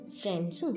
friends